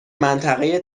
منطقه